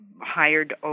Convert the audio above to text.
hired